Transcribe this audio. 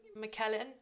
McKellen